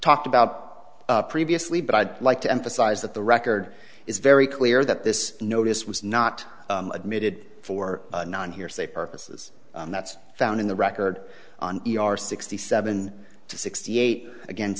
talked about previously but i'd like to emphasize that the record is very clear that this notice was not admitted for non hearsay purposes that's found in the record on e r sixty seven to sixty eight again